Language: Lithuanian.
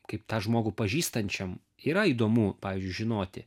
kaip tą žmogų pažįstančiam yra įdomu pavyzdžiui žinoti